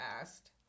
asked